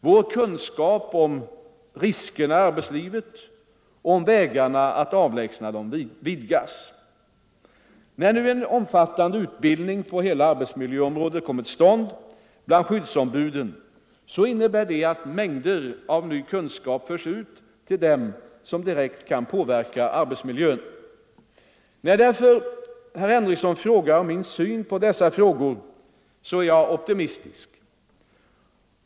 Vår kunskap om riskerna i arbetslivet och om vägarna att avlägsna dem vidgas. När nu en omfattande utbildning på hela arbetsmiljöområdet kommer till stånd bland skyddsombuden så innebär det att mängder av ny kunskap förs ut till dem som direkt kan påverka arbetsmiljön. När därför herr Henrikson frågar om min syn på dessa frågor så är jag optimistisk.